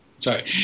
Sorry